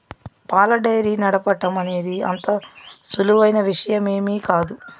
పాల డెయిరీ నడపటం అనేది అంత సులువైన విషయమేమీ కాదు